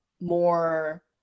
more